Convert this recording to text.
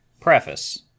Preface